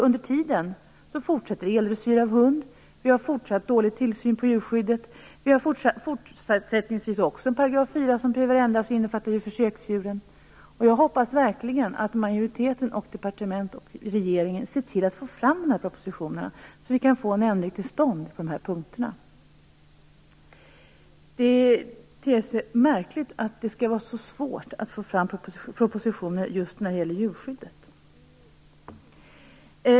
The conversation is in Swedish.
Under tiden fortsätter eldressyr av hundar. Vi har en fortsatt dålig djurskyddstillsyn. Och § 4 behöver ändras och innefatta försöksdjuren. Jag hoppas verkligen att majoriteten, departementet och regeringen ser till att få fram de här propositionerna, så att vi kan få en ändring till stånd på de här punkterna. Det är märkligt att det skall vara så svårt att få fram propositioner just när det gäller djurskyddet.